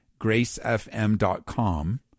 gracefm.com